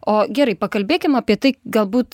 o gerai paklabėkim apie tai galbūt